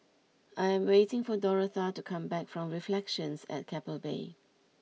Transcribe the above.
I am waiting for Dorotha to come back from Reflections at Keppel Bay